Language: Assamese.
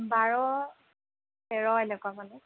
বাৰ তেৰ এনেকুৱামান